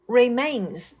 remains，